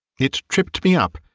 it tripped me up,